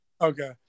okay